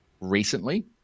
recently